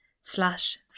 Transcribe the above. slash